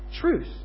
truth